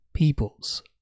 peoples